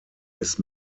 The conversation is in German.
ist